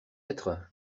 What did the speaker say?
être